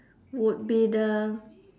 would be the